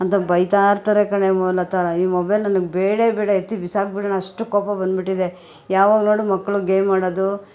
ಅಂತ ಬೈತಾ ಇರ್ತಾರೆ ಕಣೆಮ್ಮ ಲತಾ ಈ ಮೊಬೈಲ್ ನನಗೆ ಬೇಡೇ ಬೇಡ ಎತ್ತಿ ಬಿಸಾಕಿಬಿಡೋಣ ಅಷ್ಟು ಕೋಪ ಬಂದುಬಿಟ್ಟಿದೆ ಯಾವಾಗ ನೋಡು ಮಕ್ಕಳು ಗೇಮ್ ಆಡೋದು